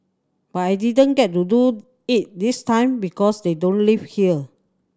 but I didn't get to do it this time because they don't live here